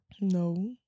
No